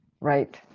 Right